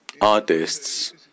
artists